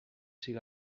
siga